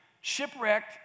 shipwrecked